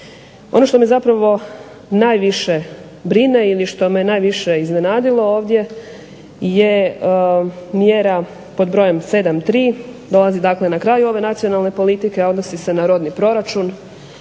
Ono što me zapravo najviše brine ili što me najviše iznenadilo ovdje je mjera pod brojem 73., dolazi dakle na kraju ove nacionalne politike, a odnosi se na rodni proračun